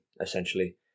essentially